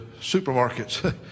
supermarkets